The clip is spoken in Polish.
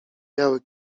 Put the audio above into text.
biały